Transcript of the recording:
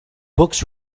books